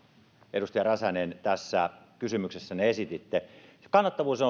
edustaja räsänen tässä kysymyksessänne esititte kannattavuuden